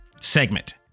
segment